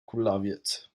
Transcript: kulawiec